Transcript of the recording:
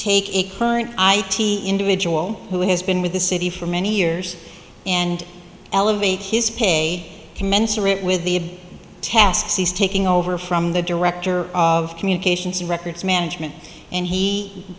take a current i t individual who has been with the city for many years and elevate his pay commensurate with the tasks he's taking over from the director of communications and records management and he